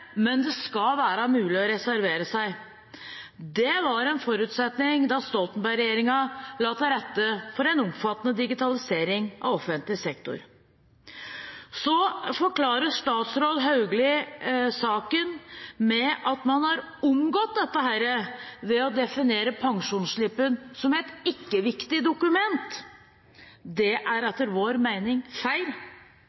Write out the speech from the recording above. men det skal være mulig å reservere seg. Det var en forutsetning da Stoltenberg-regjeringen la til rette for en omfattende digitalisering av offentlig sektor. Statsråd Hauglie forklarer saken med at man har omgått dette ved å definere pensjonsslippen som et ikke-viktig dokument. Det er